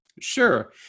Sure